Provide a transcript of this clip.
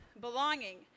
belonging